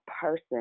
person